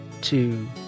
two